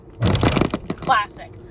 Classic